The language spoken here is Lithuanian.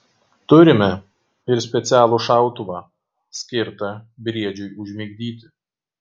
turime ir specialų šautuvą skirtą briedžiui užmigdyti